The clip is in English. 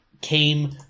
came